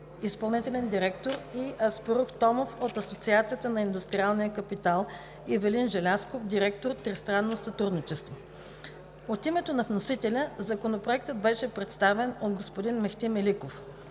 изпълнителен директор, и Аспарух Томов; от Асоциацията на индустриалния капитал – Ивелин Желязков, директор – Тристранно сътрудничество. От името на вносителя Законопроектът беше представен от господин Мехти Меликов.